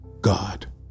God